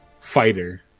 Fighter